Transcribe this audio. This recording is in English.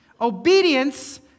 Obedience